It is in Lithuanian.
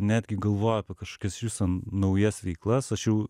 netgi galvoju apie kažkokias iš viso naujas veiklas aš jau